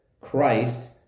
Christ